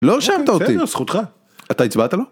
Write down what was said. לא הרשמת אותי. זה לא זכותך. אתה הצבעת לו?